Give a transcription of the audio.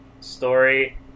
story